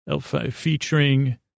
featuring